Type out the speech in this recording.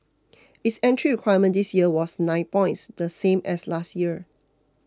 its entry requirement this year was nine points the same as last year